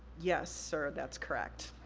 yes, sir, that's correct.